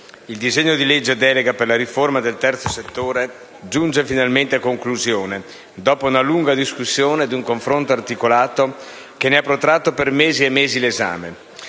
il disegno di legge delega per la riforma del terzo settore giunge finalmente a conclusione, dopo una lunga discussione e un confronto articolato, che ne ha protratto per mesi e mesi l'esame.